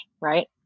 right